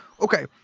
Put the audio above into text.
Okay